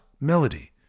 melody